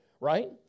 Right